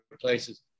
places